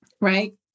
right